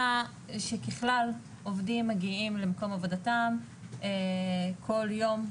ככלל, עובדים מגיעים למקום עבודתם כל יום,